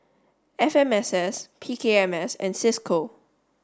F M S S P K M S and C I S C O